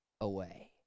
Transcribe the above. away